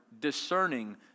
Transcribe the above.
discerning